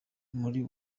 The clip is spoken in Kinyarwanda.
muri